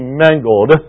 mangled